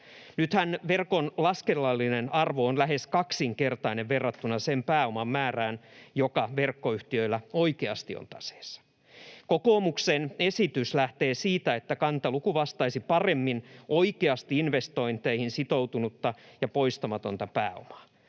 Nythän verkon laskennallinen arvo on lähes kaksinkertainen verrattuna sen pääoman määrään, joka verkkoyhtiöillä oikeasti on taseessa. Kokoomuksen esitys lähtee siitä, että kantaluku vastaisi paremmin oikeasti investointeihin sitoutunutta ja poistamatonta pääomaa.